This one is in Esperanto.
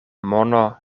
mono